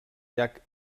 llac